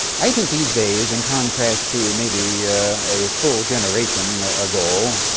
i think these days in contrast to maybe a full generation ago,